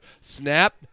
snap